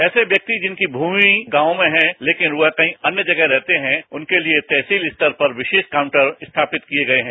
ऐसे व्यक्ति जिनकी भूमि गांव में है लेकिन वह कहीं अन्य जगह रहते हैं उनके लिए तहसील स्तर पर विशेष काउंटर स्थापित किये गये हैं